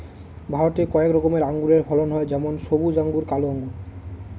ভারতে কয়েক রকমের আঙুরের ফলন হয় যেমন সবুজ আঙ্গুর, কালো আঙ্গুর